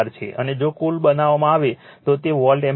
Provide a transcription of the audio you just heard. અને જો કુલ બનાવવામાં આવે તો તે વોલ્ટ એમ્પીયર હશે